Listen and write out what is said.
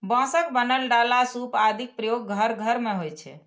बांसक बनल डाला, सूप आदिक प्रयोग घर घर मे होइ छै